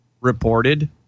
Reported